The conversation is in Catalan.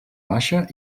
baixa